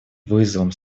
вызовом